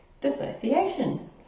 dissociation